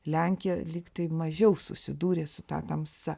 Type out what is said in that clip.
lenkija lygtai mažiau susidūrė su ta tamsa